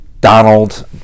Donald